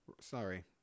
Sorry